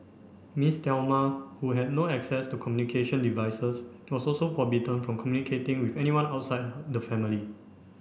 Miss Thelma who had no access to communication devices was also forbidden from communicating with anyone outside the family